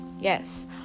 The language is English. yes